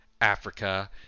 Africa